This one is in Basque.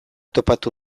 topatu